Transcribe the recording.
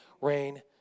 rain